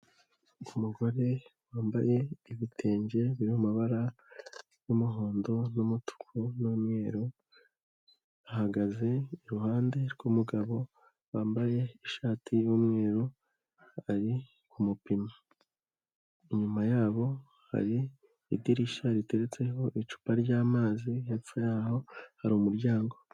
Umugore wambaye ibitenge biri mu mabara y'umuhondo, n'umutuku n'umweru, ahagaze iruhande rw'umugabo wambaye ishati y'umweru ari kumupima, inyuma yabo hari idirishya riteretseho icupa ry'amazi, hepfo yaho hari umuryango.